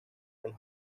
and